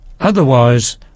Otherwise